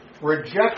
reject